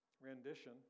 rendition